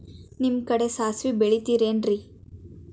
ನಿಮ್ಮ ಕಡೆ ಸಾಸ್ವಿ ಬೆಳಿತಿರೆನ್ರಿ?